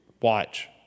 Watch